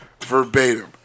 verbatim